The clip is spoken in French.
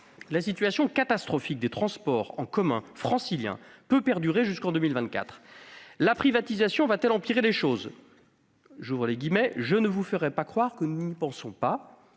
La situation catastrophique des transports en commun franciliens peut perdurer jusqu'en 2024. La privatisation va-t-elle empirer les choses ?« Je ne vous ferai pas croire que nous n'y pensons pas